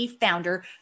founder